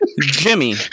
Jimmy